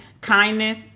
kindness